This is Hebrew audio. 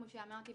כפי שאמרתי,